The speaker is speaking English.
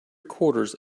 quarters